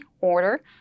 order